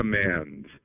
command